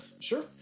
Sure